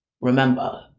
Remember